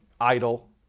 idle